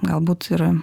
galbūt ir